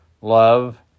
love